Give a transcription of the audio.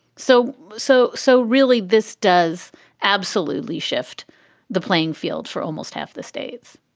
so so so really, this does absolutely shift the playing field for almost half the states,